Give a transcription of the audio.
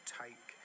take